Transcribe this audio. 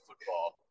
football